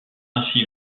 ainsi